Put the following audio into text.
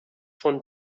von